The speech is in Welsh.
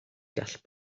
gall